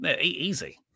Easy